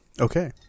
Okay